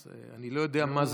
אני לא יודע מה זה